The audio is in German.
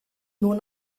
nur